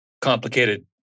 complicated